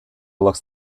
looks